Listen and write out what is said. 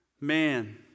man